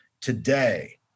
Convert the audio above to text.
today